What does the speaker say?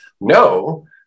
no